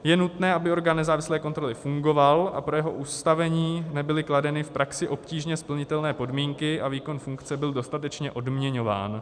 Je nutné, aby orgán nezávislé kontroly fungoval a pro jeho ustavení nebyly kladeny v praxi obtížně splnitelné podmínky a výkon funkce byl dostatečně odměňován.